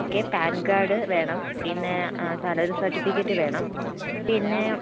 okay PAN card വേണം പിന്നെ salary certificate വേണം പിന്നെ